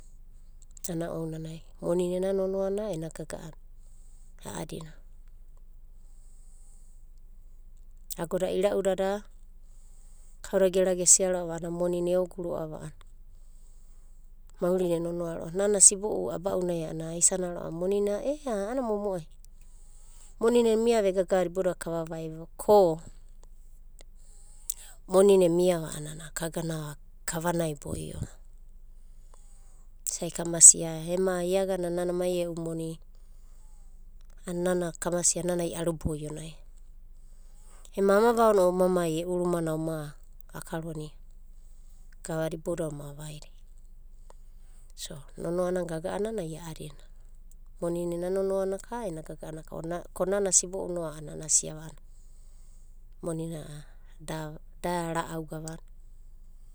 Ana ounanai, moni nena nonoanana ena gaga'ana, a'adina. Agoda ira'u dada, kauda gera gesiava monina eugu roava maorine nonoa roava sibo'u. Nana aba'unai ana aisana roava ana moni na, ea ana momoai, moni e miava ega gavada iboudada kavavaia ko, moni ne miava ana kagana kavanai boi'o. Isa kamasia ema iagana mai eu moni, anana kama sia nana aru boio na, ema oma mai e'u rumana oma akoronia gava ibouda oma ivavaida. Nonoana, gaga'ana ia adina moni ena nonoana ka, ena gaga'ana ka konana sibou no ana asiava moni na'a da ra'au na gavanana.